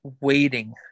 waiting